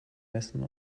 messen